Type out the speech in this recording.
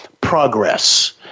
progress